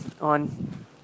on